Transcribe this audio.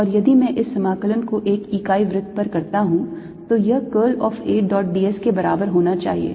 और यदि मैं इस समाकलन को एक इकाई वृत्त पर करता हूं तो यह curl of A dot d s के बराबर होना चाहिए